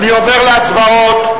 אני עובר להצבעות.